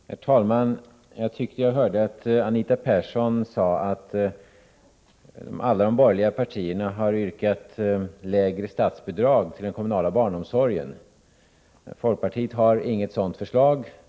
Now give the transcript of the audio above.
Herr talman! Jag tyckte mig höra att Anita Persson sade att alla de borgerliga partierna har yrkat på lägre statsbidrag till den kommunala barnomsorgen. Folkpartiet har dock inget sådant förslag.